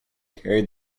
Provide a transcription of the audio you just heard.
carried